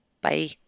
Bye